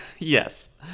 Yes